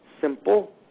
simple